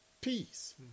peace